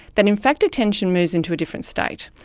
that in fact attention moves into a different state.